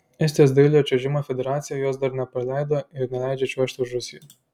estijos dailiojo čiuožimo federacija jos dar nepaleido ir neleidžia čiuožti už rusiją